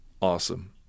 Awesome